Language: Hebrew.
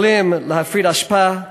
יכולים להפריד אשפה,